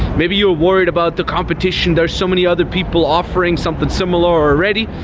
maybe you are worried about the competition. there are so many other people offering something similar already,